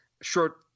short